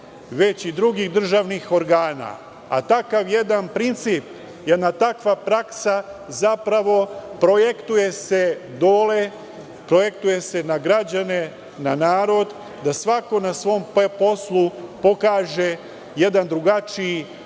već i drugih državnih organa. Takav jedan princip, takva jedna praksa se zapravo projektuje dole, projektuje se na građane, na narod, da svako na svom poslu pokaže jedan drugačiji odnos.